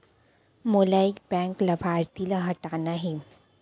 मोला एक बैंक लाभार्थी ल हटाना हे?